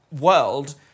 world